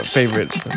favorites